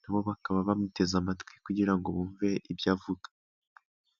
na bo bakaba bamuteze amatwi kugira ngo bumve ibyo avuga.